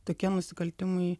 tokie nusikaltimai